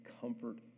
comfort